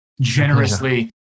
generously